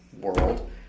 world